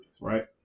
right